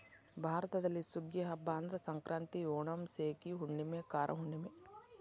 ಭಾರತದಲ್ಲಿ ಸುಗ್ಗಿಯ ಹಬ್ಬಾ ಅಂದ್ರ ಸಂಕ್ರಾಂತಿ, ಓಣಂ, ಸೇಗಿ ಹುಣ್ಣುಮೆ, ಕಾರ ಹುಣ್ಣುಮೆ